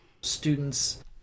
students